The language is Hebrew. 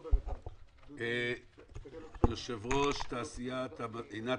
טוב, יושב ראש תעשיית המזון,